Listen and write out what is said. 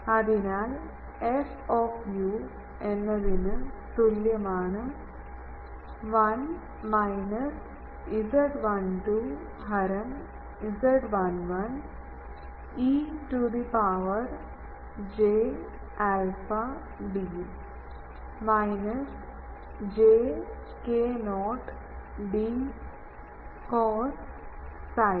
അതിനാൽ F U എന്നതിന് തുല്യമാണ് 1 മൈനസ് Z12 ഹരം Z11 e to the power j alpha d minus j k0 d cos psi